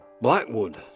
Blackwood